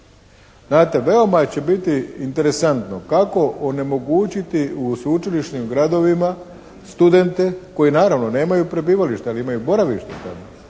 Znate veoma će biti interesantno kako onemogućiti u sveučilišnim gradovima studente koji naravno nemaju prebivalište ali imaju boravišni